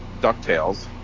DuckTales